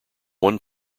one